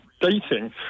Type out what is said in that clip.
dating